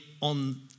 on